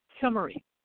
Summary